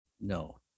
no